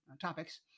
topics